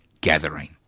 gathering